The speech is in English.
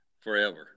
forever